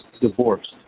divorced